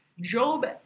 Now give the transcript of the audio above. Job